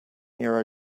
near